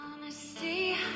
honesty